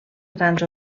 grans